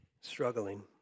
struggling